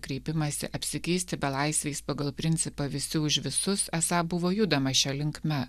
kreipimąsi apsikeisti belaisviais pagal principą visi už visus esą buvo judama šia linkme